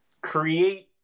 create